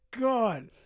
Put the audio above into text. god